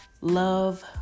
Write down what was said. Love